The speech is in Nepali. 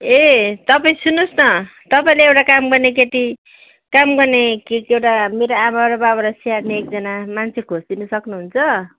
ए तपाईँ सुन्नुहोस् न तपाईँले एउटा काम गर्ने केटी काम गर्ने के एउटा मेरो आमा र बाबालाई स्याहार्ने एकजना मान्छे खोजिदिनु सक्नुहुन्छ